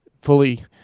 fully